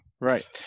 right